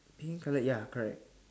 pink colour ya correct